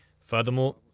Furthermore